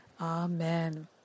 Amen